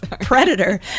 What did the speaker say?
Predator